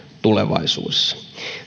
tulevaisuudessa